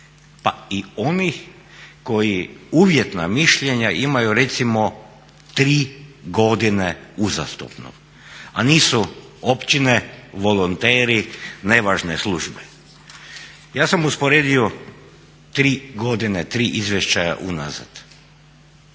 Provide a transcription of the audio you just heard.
Pa i oni koji uvjetna mišljenja imaju recimo 3 godine uzastopno, a nisu općine, volonteri, nevažne službe. Ja sam usporedio tri godine, tri izvještaja unazad.